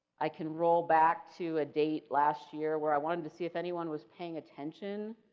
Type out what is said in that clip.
i can roll back to a date last year where i wanted to see if anyone was paying attention.